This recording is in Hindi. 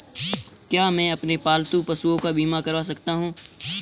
क्या मैं अपने पालतू पशुओं का बीमा करवा सकता हूं?